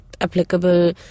applicable